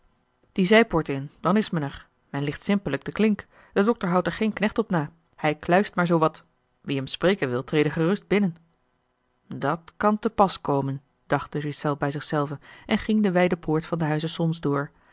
die zijpoort in dan is men er men licht simpelijk de klink de dokter houdt er geen knecht op na hij kluist maar zoo wat wie hem spreken wil trede gerust binnen dat kan te pas komen dacht de ghiselles bij zich zelven en ging de wijde poort van den huize solms door